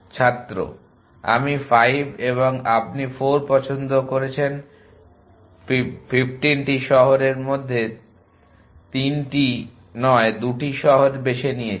ছাত্র আমি 5 এবং আপনি 4 পছন্দ করেছেন 15 টি শহরের মধ্যে 3 টি নয় 2টি শহরে বেছে নিয়েছি